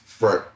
right